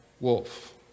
Wolf